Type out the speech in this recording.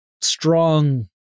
strong